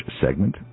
segment